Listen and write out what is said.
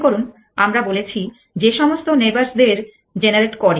মনে করুন আমরা বলেছি যে সমস্ত নেবার্স দের জেনারেট করে